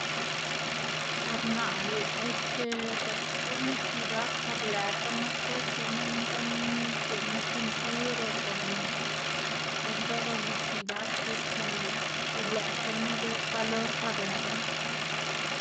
Par naꞌ este gak onestidad par lëꞌkama pues ineꞌma guꞌn c̲h̲uꞌnnma sentir o guꞌn kon todo onestidad pues chenma, y lëꞌkama ideꞌd valor par lëꞌma.